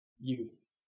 youth